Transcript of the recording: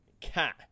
cat